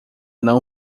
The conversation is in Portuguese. não